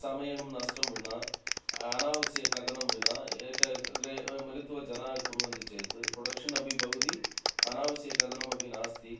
समयं नष्टं विना अनावश्यकधनं विना एक गृ मिलित्वा जनाः कुर्वन्ति चेत् पोडेक्षन् अपि भवति अनावश्यकधनमपि नास्ति